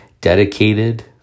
dedicated